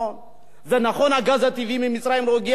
זה נכון שהגז הטבעי ממצרים לא הגיע, זה גם נכון.